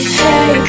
hey